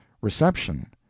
Reception